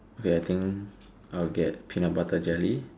wait I think I will get peanut butter jelly